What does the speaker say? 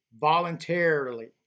Voluntarily